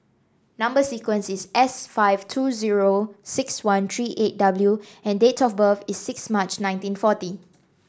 number sequence is S five two zero six one three eight W and date of birth is six March nineteen forty